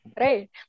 Right